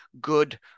good